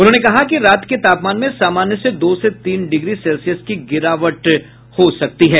उन्होंने कहा कि रात के तापमान में सामान्य से दो से तीन डिग्री सेल्सियस की गिरावट का पूर्वानुमान है